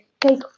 take